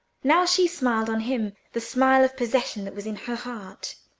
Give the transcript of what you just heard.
now she smiled on him, the smile of possession that was in her heart.